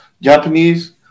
Japanese